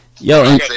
Yo